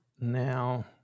now